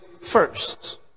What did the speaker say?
first